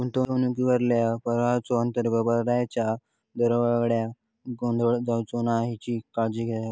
गुंतवणुकीवरल्या परताव्याचो, अंतर्गत परताव्याच्या दरावांगडा गोंधळ जावचो नाय हेची काळजी घेवा